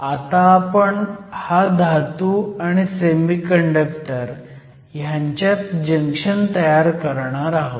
आता आपण हा धातू आणि सेमीकंडक्टर ह्यांच्यात जंक्शन तयार करणार आहोत